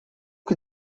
que